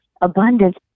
abundance